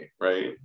right